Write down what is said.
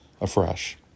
afresh